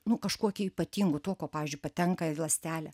nu kažkokį ypatingu tuo kuo pavyzdžiui patenka į ląstelę